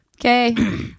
Okay